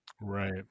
Right